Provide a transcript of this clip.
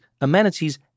amenities